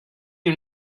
you